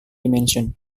dimensions